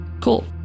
Cool